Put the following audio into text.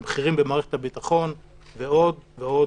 בכירים במערכת הביטחון ועוד.